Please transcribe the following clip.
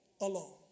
alone